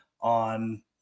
on